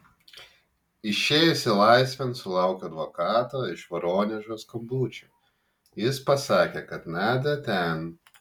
išėjusi laisvėn sulaukiau advokato iš voronežo skambučio jis pasakė kad nadia ten